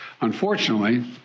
Unfortunately